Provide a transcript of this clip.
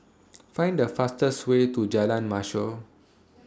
Find The fastest Way to Jalan Mashor